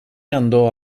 andò